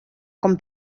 con